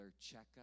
checkup